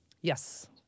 Yes